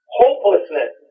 hopelessness